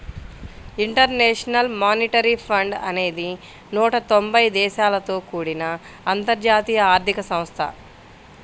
international Monetary Fund అనేది నూట తొంబై దేశాలతో కూడిన అంతర్జాతీయ ఆర్థిక సంస్థ